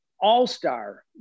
all-star